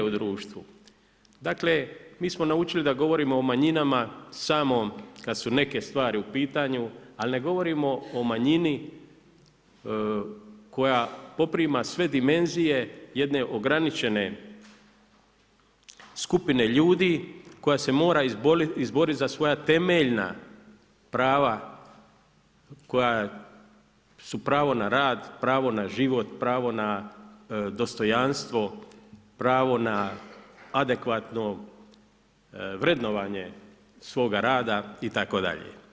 Dakle mi smo naučili da govorimo o manjinama samo kada su neke stvari u pitanju, ali ne govorimo o manjini koja poprima sve dimenzije jedne ograničene skupine ljudi koja se mora izboriti za svoja temeljna prava koja su pravo na rad, pravo na život, pravo na dostojanstvo, pravo na adekvatno vrednovanje svoga rada itd.